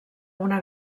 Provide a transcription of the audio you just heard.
una